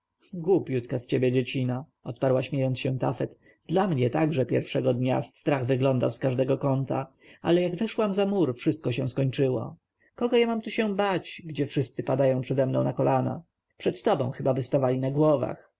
głupiutka z ciebie dziecina odparła śmiejąc się tafet do mnie także pierwszego dnia strach wyglądał z każdego kąta ale jak wyszłam za mur wszystko się skończyło kogo ja się tu mam bać gdzie wszyscy padają przede mną na kolana przed tobą chybaby stawali na głowach